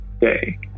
day